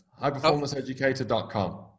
highperformanceeducator.com